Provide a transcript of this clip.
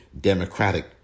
Democratic